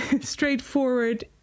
straightforward